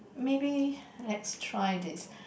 maybe let's try this